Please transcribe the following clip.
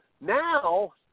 now